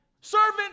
servant